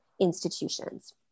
institutions